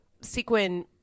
sequin